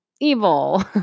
evil